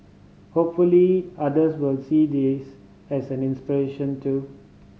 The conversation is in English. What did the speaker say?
hopefully others will see this as an inspiration too